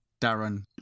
Darren